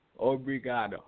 Obrigado